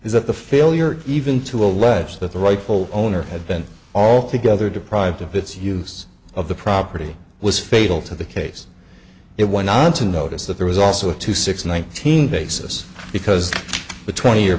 is that the failure even to allege that the rightful owner had been altogether deprived of its use of the property was fatal to the case it went on to notice that there was also a two six nineteen basis because the twenty year